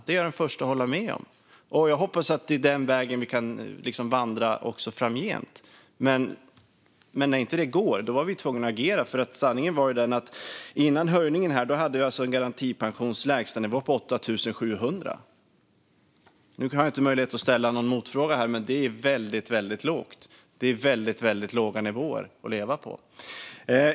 Det är jag den förste att hålla med om, och jag hoppas att det är den vägen vi kan vandra också framgent. Men när inte det gick var vi tvungna att agera, för sanningen var ju den att före höjningen var lägstanivån för garantipensionen 8 700. Nu har jag inte möjlighet att ställa någon motfråga, men det är väldigt lågt. Det är väldigt låga nivåer att leva på.